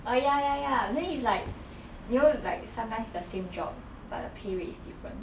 oh ya ya ya then it's like you know like sometimes it's the same job but the pay rate is different